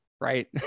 right